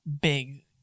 big